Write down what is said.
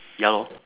ya lor